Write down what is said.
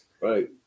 Right